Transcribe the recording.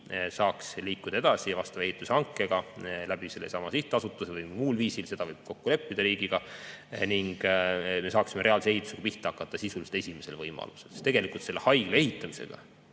saaks liikuda edasi vastava ehitushankega läbi sellesama sihtasutuse või muul viisil – seda võib kokku leppida riigiga – ning me saaksime reaalse ehitusega pihta hakata sisuliselt esimesel võimalusel. Selle haigla ehitamisega